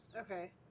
Okay